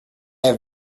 have